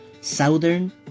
Southern